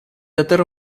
atterra